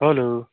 hello